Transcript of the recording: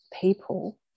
people